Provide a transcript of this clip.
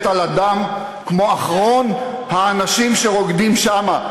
על הדם כמו אחרון האנשים שרוקדים שמה.